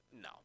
No